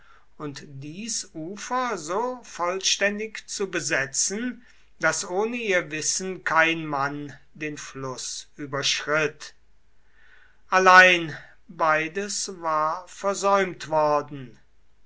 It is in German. und dies ufer so vollständig zu besetzen daß ohne ihr wissen kein mann den fluß überschritt allein beides war versäumt worden